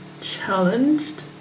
challenged